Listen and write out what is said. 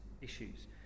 issues